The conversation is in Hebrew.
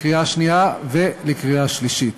שנייה ולקריאה שלישית.